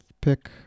pick